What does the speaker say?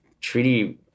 treaty